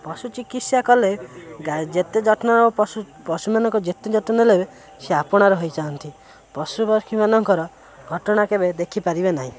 ପଶୁ ଚିକିତ୍ସା କଲେ ଯେତେ ଯତ୍ନ ନବ ପଶୁ ପଶୁମାନଙ୍କ ଯେତେ ଯତ୍ନ ନେଲେ ସେ ଆପଣାର ହୋଇଯାଆନ୍ତି ପଶୁପକ୍ଷୀମାନଙ୍କର ଘଟଣା କେବେ ଦେଖିପାରିବେ ନାହିଁ